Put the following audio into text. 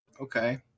Okay